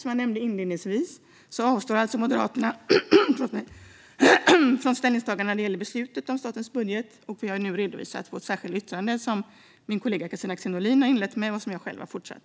Som jag nämnde inledningsvis avstår Moderaterna från ställningstagande när det gäller beslutet om statens budget. Vi har nu redovisat vårt särskilda yttrande, en redovisning som min kollega Kristina Axén Olin inledde och som jag själv har fortsatt.